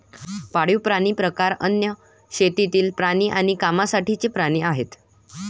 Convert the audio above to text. पाळीव प्राण्यांचे प्रकार अन्न, शेतातील प्राणी आणि कामासाठीचे प्राणी आहेत